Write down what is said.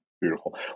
Beautiful